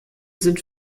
sind